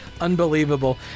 unbelievable